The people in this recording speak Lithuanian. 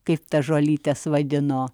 kaip tas žolytes vadino